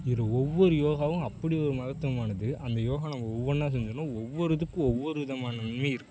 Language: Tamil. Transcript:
இதில் ஒவ்வொரு யோகாவும் அப்படி ஒரு மகத்துவமானது அந்த யோகா நம்ம ஒவ்வொன்றா செஞ்சோம்னால் ஒவ்வொரு இதுக்கு ஒவ்வொரு விதமான நன்மை இருக்குது